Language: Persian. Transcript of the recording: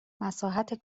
مساحت